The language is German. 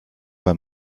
bei